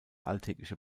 alltägliche